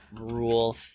Rule